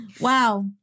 Wow